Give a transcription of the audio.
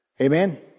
Amen